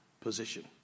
position